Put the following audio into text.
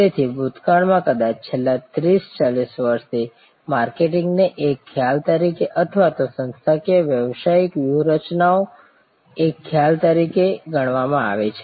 તેથી ભૂતકાળમાં કદાચ છેલ્લા 30 40 વર્ષથી માર્કેટિંગને એક ખ્યાલ તરીકે અથવા તો સંસ્થાકીય વ્યવસાયિક વ્યૂહરચનાઓ એક ખ્યાલ તરીકે ગણવા માં આવે છે